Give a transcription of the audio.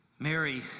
Mary